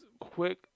quick